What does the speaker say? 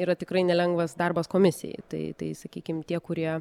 yra tikrai nelengvas darbas komisijai tai tai sakykim tie kurie